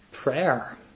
prayer